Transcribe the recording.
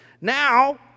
Now